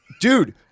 Dude